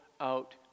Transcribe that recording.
out